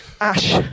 Ash